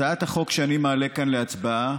הצעת החוק שאני מעלה כאן להצבעה